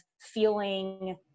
feeling